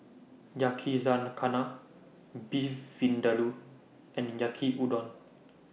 Yakizakana Beef Vindaloo and Yaki Udon